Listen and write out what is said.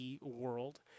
world